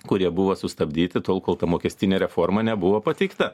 kurie buvo sustabdyti tol kol ta mokestinė reforma nebuvo pateikta